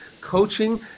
coaching